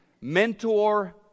mentor